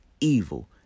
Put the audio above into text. evil